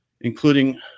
including